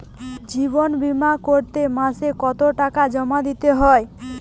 জীবন বিমা করতে মাসে কতো টাকা জমা দিতে হয়?